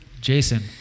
Jason